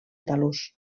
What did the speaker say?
talús